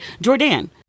Jordan